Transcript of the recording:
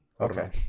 okay